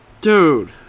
Dude